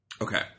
Okay